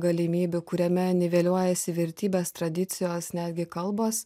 galimybių kuriame niveliuojasi vertybės tradicijos netgi kalbos